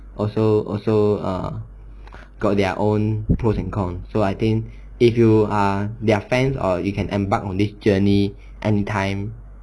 also also err got their own pros and cons so I think if you are their fans or you can embark on this journey and time